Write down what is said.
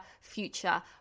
future